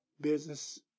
business